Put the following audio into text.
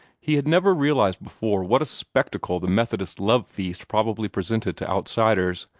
he had never realized before what a spectacle the methodist love-feast probably presented to outsiders.